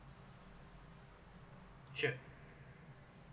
sure